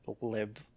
lib